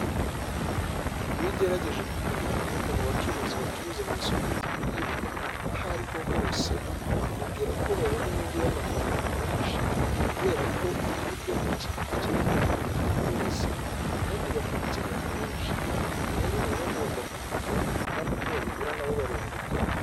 Iyo ugerageje kuganira n'umwe mu bacuruzi bacuruza mu isoko ry'ibiribwa aho ariho hose, akubwira ko babona inyungu y'amafaranga menshi kubera ko ibiribwa ni ikintu gikenerwa na buri muntu wese kandi bakabikenera kenshi rero baba bagomba kubigura kandi uko babigura nabo barunguka.